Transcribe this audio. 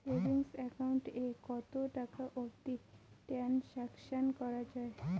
Savings account এ কতো টাকা অবধি ট্রানসাকশান করা য়ায়?